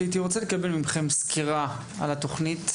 הייתי רוצה לקבל מכם סקירה על התוכנית,